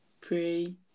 Pray